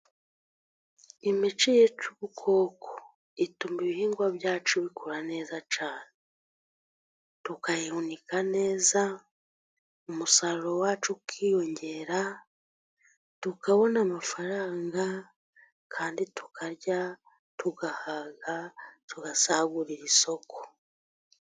Imiti yica ubukoko ituma ibihingwa byacu bikura neza cyane tukayihunika neza, umusaruro wacu ukiyongera tukabona amafaranga kandi tukarya tugahaga tugasagurira isoko.